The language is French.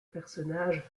personnages